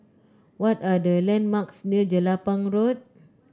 what are the landmarks near Jelapang Road